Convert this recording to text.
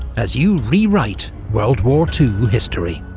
as you rewrite world war two history.